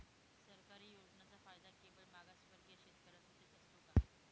सरकारी योजनांचा फायदा केवळ मागासवर्गीय शेतकऱ्यांसाठीच असतो का?